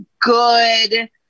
good